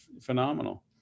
phenomenal